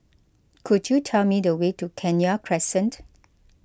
could you tell me the way to Kenya Crescent